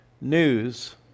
news